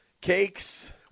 Cakes